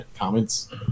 comments